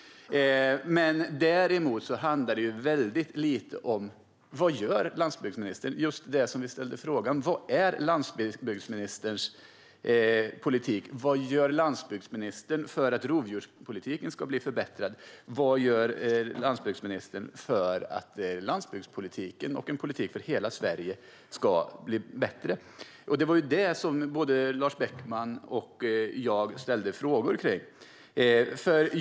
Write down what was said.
Däremot handlar det väldigt lite om vad landsbygdsministern gör. Det var just den frågan som ställdes: Vad är landsbygdsministerns politik? Vad gör landsbygdsministern för att rovdjurspolitiken ska bli förbättrad? Vad gör landsbygdsministern för att landsbygdspolitiken och politiken för hela Sverige ska bli bättre? Det var detta som både Lars Beckman och jag ställde frågor om.